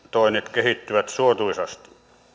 kehittyvät suotuisasti